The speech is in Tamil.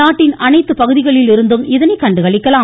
நாட்டின் அனைத்து பகுதிகளிலிருந்தும் இதனை கண்டுகளிக்கலாம்